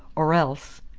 or else,